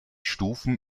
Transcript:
stufen